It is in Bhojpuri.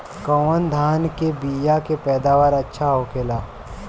कवन धान के बीया के पैदावार अच्छा होखेला?